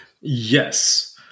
Yes